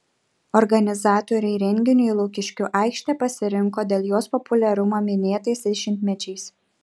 organizatoriai renginiui lukiškių aikštę pasirinko dėl jos populiarumo minėtais dešimtmečiais